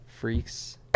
freaks